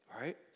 right